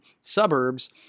suburbs